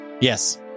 Yes